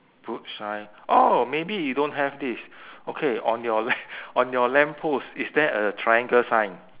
boot shine oh maybe you don't have this okay on your la~ on your lamppost is there a triangle sign